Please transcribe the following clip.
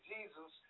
Jesus